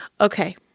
Okay